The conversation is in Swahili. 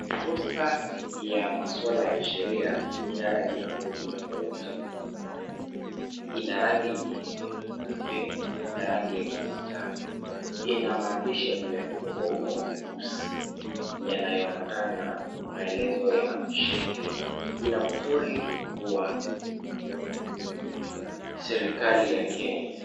Poster ya masuala ya sheria ina rangi tofauti tofauti za kupendeza. Ina rangi nyeupe na rangi ya kimanjano. Ina maandishi yaliyoandikwa kwa wino mweusi, yanayoambatana na maelezo ya sheria. Ina muhuri wa serikali ya Kenya.